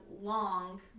long